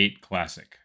classic